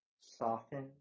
soften